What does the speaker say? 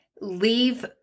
leave